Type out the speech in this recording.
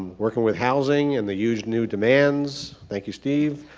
working with housing and the huge new demands, thank you steve,